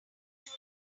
too